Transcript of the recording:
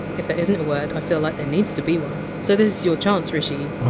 if that isn't a word i feel like there needs to be one. so this is your chance, hrishi,